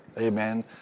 Amen